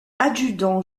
adjudant